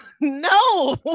no